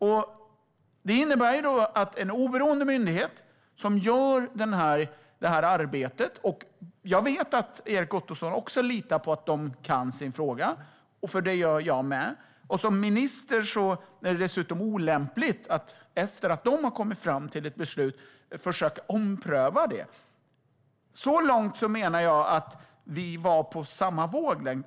Jag vet att Erik Ottoson litar på att den oberoende myndigheten kan sin sak; det gör jag också. Och som minister är det olämpligt att efter att de har kommit fram till ett beslut försöka ompröva det. Så långt menar jag att vi var på samma våglängd.